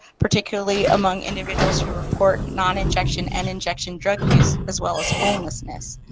particularly among individuals who report non-injection and injection drug use, as well as homelessness.